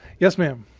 yes, ma'am?